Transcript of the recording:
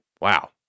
wow